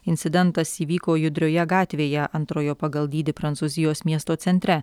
incidentas įvyko judrioje gatvėje antrojo pagal dydį prancūzijos miesto centre